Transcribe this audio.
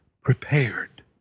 prepared